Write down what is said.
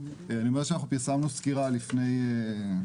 אני אומר שפרסמנו סקירה לאחרונה,